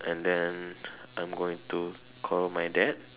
and then I'm going to call my dad